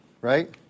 right